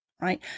Right